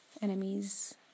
enemies